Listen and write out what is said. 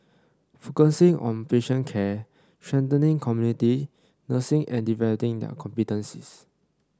focusing on patient care strengthening community nursing and developing their competencies